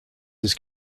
his